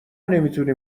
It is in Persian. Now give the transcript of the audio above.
نمیتونی